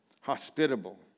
hospitable